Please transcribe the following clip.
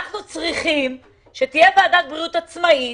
צריכים שתהיה ועדת בריאות עצמאית